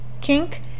kink